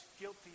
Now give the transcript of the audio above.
guilty